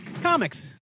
comics